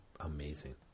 Amazing